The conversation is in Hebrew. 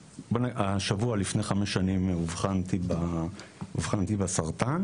השבוע לפני חמש שנים אובחנתי כחולה במחלת הסרטן